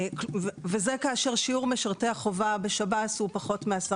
וזה כאשר שיעור משרתי החובה בשב"ס הוא פחות מ-10%.